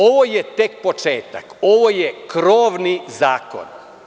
Ovo je tek početak, ovo je krovni zakon.